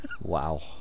Wow